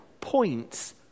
points